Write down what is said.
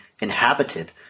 inhabited